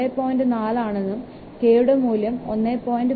4 ആണെന്നും 'k' യുടെ മൂല്യം 1